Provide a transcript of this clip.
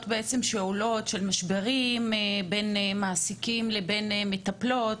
שעולות של משברים בין מעסיקים לבין מטפלות,